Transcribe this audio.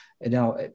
Now